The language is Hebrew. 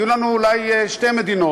יהיו לנו אולי שתי מדינות,